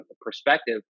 perspective